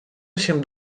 усім